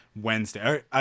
Wednesday